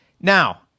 now